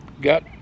got